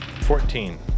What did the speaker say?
Fourteen